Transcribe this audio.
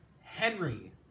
Henry